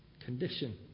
condition